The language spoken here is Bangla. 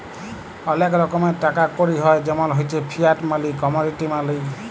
ওলেক রকমের টাকা কড়ি হ্য় জেমল হচ্যে ফিয়াট মালি, কমডিটি মালি